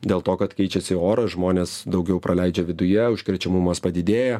dėl to kad keičiasi oras žmonės daugiau praleidžia viduje užkrečiamumas padidėja